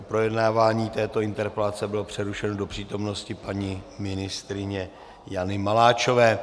Projednávání této interpelace bylo přerušeno do přítomnosti paní ministryně Jany Maláčové.